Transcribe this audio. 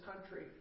country